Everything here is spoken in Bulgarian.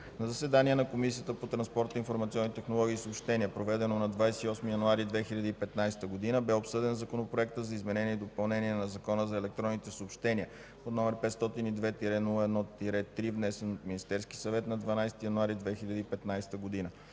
На заседание на Комисията по транспорт, информационни технологии и съобщения, проведено на 28 януари 2015 г., бе обсъден Законопроект за изменение и допълнение на Закона за електронните съобщения, № 502-01-3, внесен от Министерския съвет на 12 януари 2015 г.